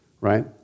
right